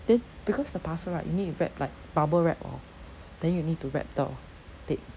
then because the parcel right you need to wrap like bubble wrap hor then you need to wrap the tape